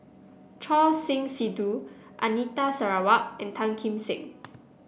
Choor Singh Sidhu Anita Sarawak and Tan Kim Seng